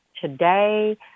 today